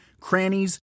crannies